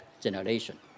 generation